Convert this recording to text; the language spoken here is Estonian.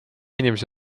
inimesi